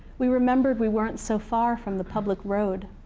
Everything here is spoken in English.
we remembered we weren't so far from the public road.